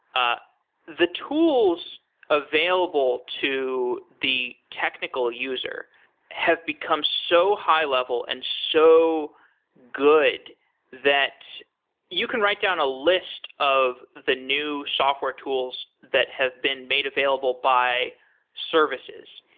ah the tools available to the technical user have become so high-level and so good that you can write down a list of the new software tools that have been made available by services.